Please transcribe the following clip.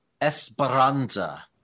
Esperanza